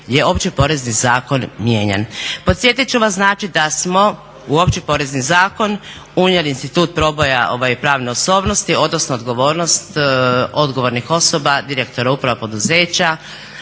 je Opći porezni zakon mijenjan. Podsjetit ću vas znači da smo u Opći porezni zakon unijeli institut proboja pravne osobnosti odnosno odgovornost odgovornih osoba, direktora uprava, poduzeća,